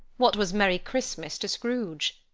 what was merry christmas to scrooge?